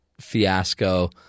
fiasco